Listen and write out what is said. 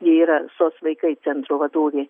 yra sos vaikai centro vadovė